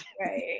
right